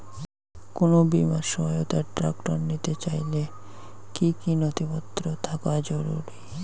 কোন বিমার সহায়তায় ট্রাক্টর নিতে চাইলে কী কী নথিপত্র থাকা জরুরি?